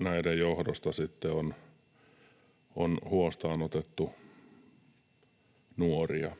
näiden johdosta sitten on huostaanotettu nuoria.